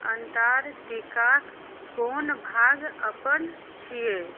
अंटार्कटिकाक कोन भाग अपन छियै